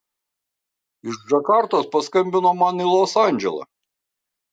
iš džakartos paskambino man į los andželą